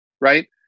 Right